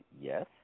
Yes